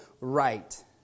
right